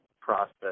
process